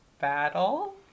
battle